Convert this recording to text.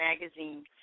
Magazine